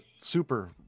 super